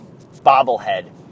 bobblehead